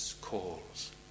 calls